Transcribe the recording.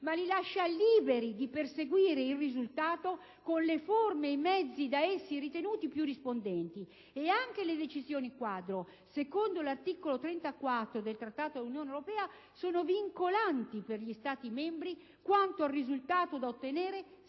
ma li lascia liberi di perseguire tale risultato con le forme e i mezzi da essi ritenuti più rispondenti. E anche le decisioni quadro, secondo l'articolo 34 del Trattato sull'Unione europea, sono vincolanti per gli Stati membri quanto al risultato da ottenere, «salva